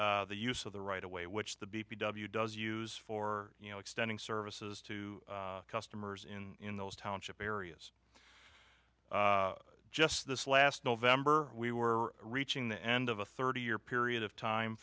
and the use of the right away which the b p w does use for you know extending services to customers in those townships areas just this last november we were reaching the end of a thirty year period of time